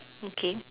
okay